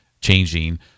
changing